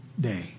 day